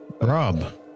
Rob